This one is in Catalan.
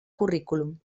currículum